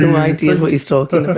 ah idea what he's talking